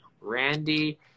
Randy